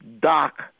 Doc